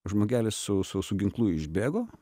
žmogelis su sausu ginklu išbėgo